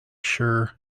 sure